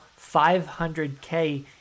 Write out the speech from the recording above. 500k